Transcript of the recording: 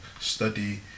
study